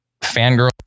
fangirl